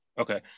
Okay